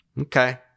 Okay